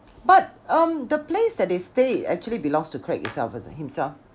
but um the place that they stay actually belongs to craig itself is it himself